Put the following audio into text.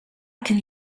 can